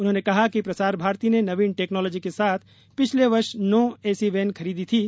उन्होंने कहा कि प्रसार भारती ने नवीन टैक्नोलॉजी के साथ पिछले वर्ष नौ ऐसी वैन खरीदी थीं